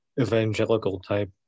evangelical-type